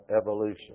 evolution